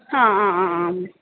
आम् आम् आम्